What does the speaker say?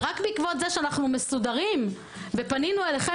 ורק בעקבות זה שאנו מסודרים ופנינו אליכם